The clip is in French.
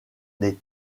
des